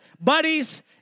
buddies